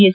S